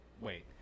Wait